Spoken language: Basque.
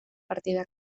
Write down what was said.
partidak